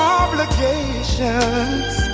obligations